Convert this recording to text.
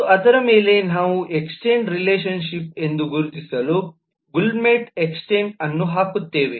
ಮತ್ತು ಅದರ ಮೇಲೆ ನಾವು extend ರಿಲೇಶನ್ಶಿಪ್ ಎಂದು ಗುರುತಿಸಲು ಗುಲಿಮೆಂಟ್ extend ಅನ್ನು ಹಾಕುತ್ತೇವೆ